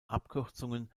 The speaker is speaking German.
abkürzungen